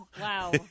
Wow